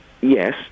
Yes